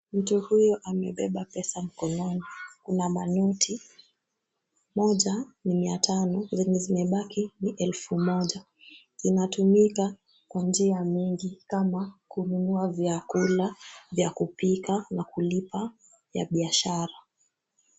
Mtu huyu amebeba pesa mkononi. Kuna manoti, moja ni mia tano zenye zimebaki ni elfu moja. Inatumika kwa njia mingi kama kununua vyakula vya kupika na kulipa vya biashara.